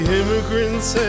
immigrants